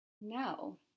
no